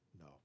No